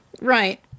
Right